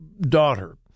daughter